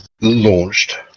launched